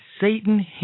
Satan